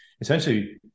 Essentially